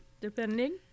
depending